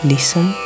Listen